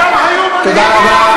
ולכן אתם שותפים להם, תודה רבה.